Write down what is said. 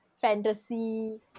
fantasy